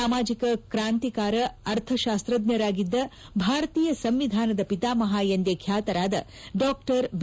ಸಾಮಾಜಿಕ ಕ್ರಾಂತಿಕಾರ ಅರ್ಥತಾಸ್ತಜ್ಞಾಗಿದ್ದ ಭಾರತೀಯ ಸಂವಿಧಾನದ ಪಿತಾಮಹ ಎಂದೇ ಬ್ಲಾತರಾದ ಡಾ ಬಿ